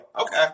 Okay